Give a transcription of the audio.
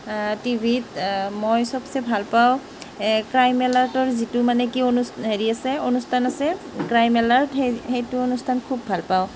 T ভিত মই চবছে ভাল পাওঁ ক্ৰাইমেল আৰ্টৰ যিটো মানে কি অনু হেৰি আছে অনুষ্ঠান আছে ক্ৰাইম এলাৰ্ট সেই সেইটো অনুষ্ঠান বস্তু খুব ভাল পাওঁ